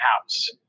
house